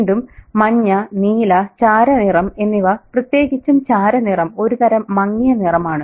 വീണ്ടും മഞ്ഞ നീല ചാരനിറം എന്നിവ പ്രത്യേകിച്ചും ചാരനിറം ഒരുതരം മങ്ങിയ നിറമാണ്